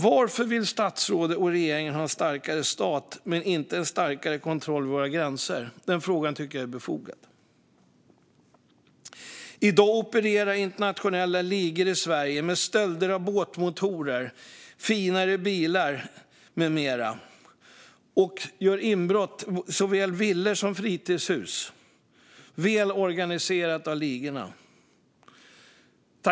Varför vill statsrådet och regeringen ha en starkare stat men inte en starkare kontroll vid våra gränser? Den frågan tycker jag är befogad. I dag opererar internationella ligor i Sverige. De stjäl båtmotorer, finare bilar med mera, och de gör inbrott i såväl villor som fritidshus. Detta är väl organiserat av ligorna.